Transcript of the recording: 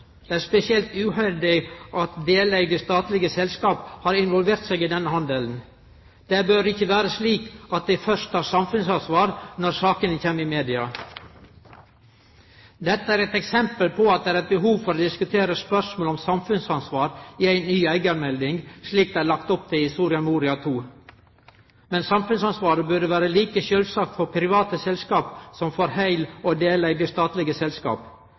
Det er spesielt uheldig at deleigde statlege selskap har involvert seg i denne handelen. Det bør ikkje vere slik at dei først tek samfunnsansvar når sakene kjem i media. Dette er eit eksempel på at det er behov for å diskutere spørsmålet om samfunnsansvar i ei ny eigarmelding, slik det er lagt opp til i Soria Moria II. Men samfunnsansvaret burde vore like sjølvsagt for private selskap som for heil- og deleigde statlege selskap.